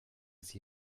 sie